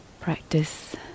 practice